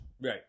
right